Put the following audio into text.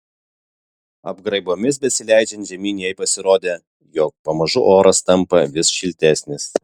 apgraibomis besileidžiant žemyn jai pasirodė jog pamažu oras tampa vis šiltesnis